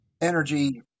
energy